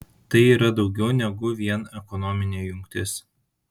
tai yra daugiau negu vien ekonominė jungtis